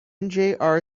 mjr